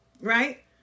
right